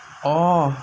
oh